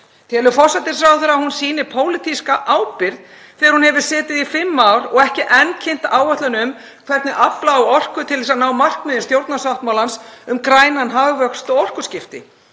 Telur forsætisráðherra að hún sýni pólitíska ábyrgð þegar hún hefur setið í fimm ár og ekki enn kynnt áætlun um hvernig afla á orku til þess að ná markmiðum stjórnarsáttmálans um grænan hagvöxt og orkuskipti,